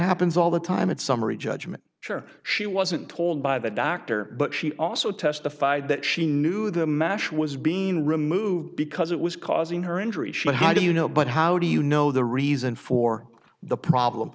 happens all the time in summary judgment she wasn't told by the doctor but she also testified that she knew the mash was being removed because it was causing her injuries but how do you know but how do you know the reason for the problem